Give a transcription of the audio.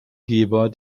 geber